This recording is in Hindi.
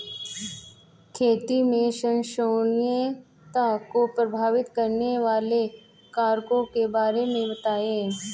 खेती में संपोषणीयता को प्रभावित करने वाले कारकों के बारे में बताइये